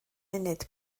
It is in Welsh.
munud